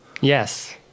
Yes